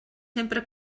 sempre